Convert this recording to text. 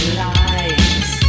lies